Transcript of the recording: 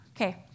Okay